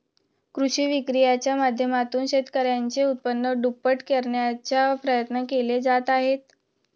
कृषी विक्रीच्या माध्यमातून शेतकऱ्यांचे उत्पन्न दुप्पट करण्याचा प्रयत्न केले जात आहेत